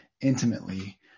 intimately